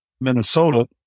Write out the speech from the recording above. Minnesota